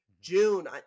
June